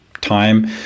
time